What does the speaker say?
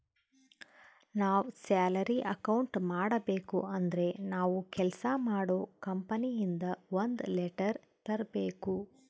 ನಾವ್ salary account ಮಾಡಬೇಕು ಅಂದ್ರೆ ನಾವು ಕೆಲ್ಸ ಮಾಡೋ ಕಂಪನಿ ಇಂದ ಒಂದ್ ಲೆಟರ್ ತರ್ಬೇಕು